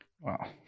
Wow